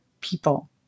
people